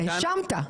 האשמת.